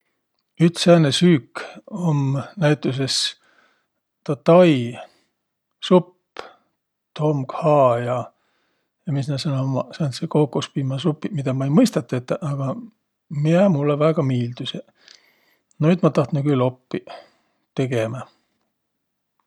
Üts sääne süük um näütüses taa Tai supp, Tom Kha ja mis nä sääl ummaq sääntseq kookospiimäsupiq, midä ma ei mõistaq tetäq, agaq miä mullõ väega miildüseq. Noid ma tahtnuq külh oppiq tegemä.